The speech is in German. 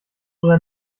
oder